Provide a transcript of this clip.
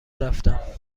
رفتم